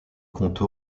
contes